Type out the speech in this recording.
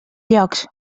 llocs